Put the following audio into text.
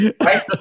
right